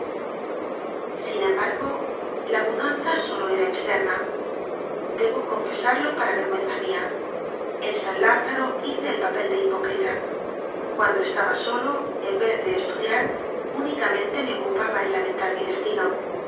sin embargo la mudanza sólo era externa debo confesarlo para vergüenza mía en san lázaro hice el papel de hipócrita cuando estaba solo en vez de estudiar únicamente me ocupaba en la mentar mi destino